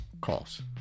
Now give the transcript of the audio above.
calls